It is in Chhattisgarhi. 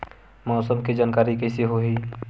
मौसम के जानकारी कइसे होही?